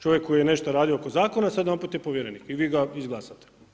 Čovjek koji je nešto radio oko Zakona, sada najedanput je povjerenik i vi ga izglasate.